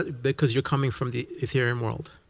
because you're coming from the etherium world.